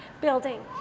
building